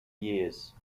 years